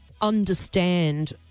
understand